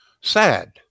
sad